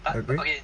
you agree